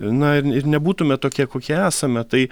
na ir ir nebūtume tokie kokie esame tai